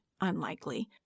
unlikely